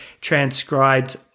transcribed